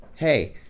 hey